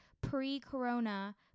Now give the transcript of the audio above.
pre-corona